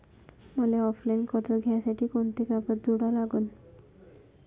मले ऑफलाईन कर्ज घ्यासाठी कोंते कागद जोडा लागन?